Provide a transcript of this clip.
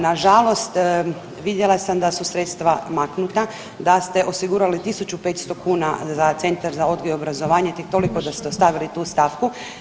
Nažalost, vidjela sam da su sredstva maknuta, da ste osigurali 1 500 kuna za Centar za odgoj i obrazovanje, tek toliko da ste ostavili tu stavku.